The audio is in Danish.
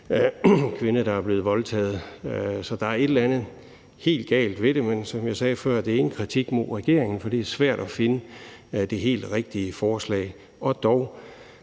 en kvinde, der er blevet voldtaget; så der er et eller andet helt galt ved det. Men som jeg sagde før, er det ikke nogen kritik af regeringen, for det er svært at finde det helt rigtige forslag. Og dog